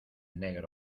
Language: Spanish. negro